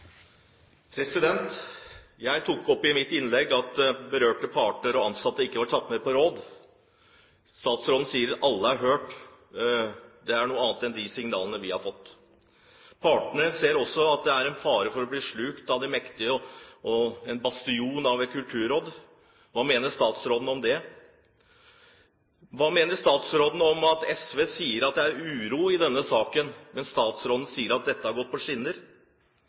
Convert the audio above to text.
replikkordskifte. Jeg tok i mitt innlegg opp at berørte parter og ansatte ikke var tatt med på råd. Statsråden sier: Alle er hørt. Det er noe annet enn de signalene vi har fått. Partene ser også at det er en fare for å bli slukt av det mektige Kulturrådet, en bastion av et kulturråd. Hva mener statsråden om det? Hva mener statsråden om at SV sier at det er uro i denne saken, mens statsråden sier at dette har gått på skinner?